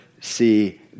see